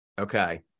Okay